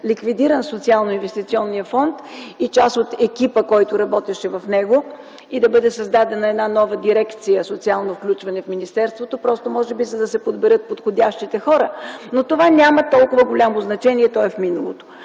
ликвидиран Социално-инвестиционният фонд и част от екипа, който работеше в него, като бъде създадена нова Дирекция „Социално включване” в министерството, може би за да се подберат подходящите хора. Но това няма толкова голямо значение. То е в миналото.